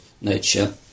nature